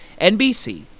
NBC